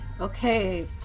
okay